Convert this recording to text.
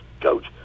coach